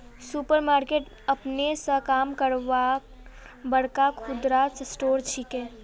super market अपने स काम करवार बड़का खुदरा स्टोर छिके